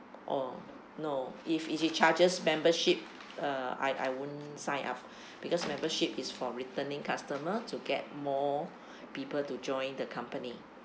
oh no if it charges membership uh I I won't sign up because membership is for returning customer to get more people to join the company